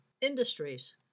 industries